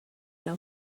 know